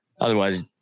otherwise –